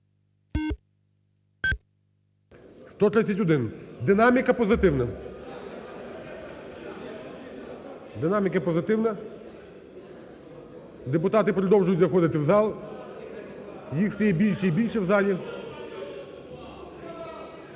131. Динаміка позитивна. Динаміка позитивна. Депутати продовжують заходити в зал, їх стає більше і більше в залі.